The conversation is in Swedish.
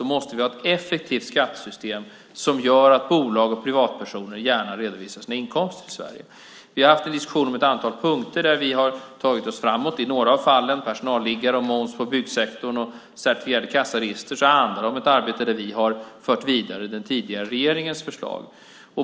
Då måste vi ha ett effektivt skattesystem som gör att bolag och privatpersoner gärna redovisar sina inkomster i Sverige. Vi har haft en diskussion om ett antal punkter där vi har tagit oss framåt. I några av fallen, personalliggare, moms för byggsektorn och certifierade kassaregister, handlar det om ett arbete där vi har fört vidare den tidigare regeringens förslag.